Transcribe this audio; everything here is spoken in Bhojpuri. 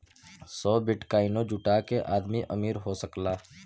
सौ बिट्काइनो जुटा के आदमी अमीर हो सकला